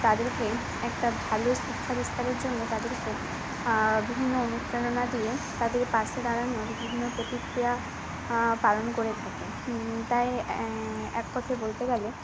তাদেরকে একটা ভালো শিক্ষা বিস্তারের জন্য তাদেরকে বিভিন্ন অনুপ্রেরণা দিয়ে তাদের পাশে দাঁড়ান আর বিভিন্ন প্রতিক্রিয়া পালন করে থাকেন তাই এক কথায় বলতে গেলে